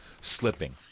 slipping